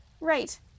right